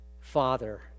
Father